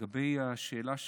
לגבי השאלה שלך,